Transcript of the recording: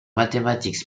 mathématiques